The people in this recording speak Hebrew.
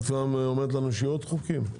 את אומרת לנו שיהיו עוד חוקים?